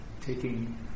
taking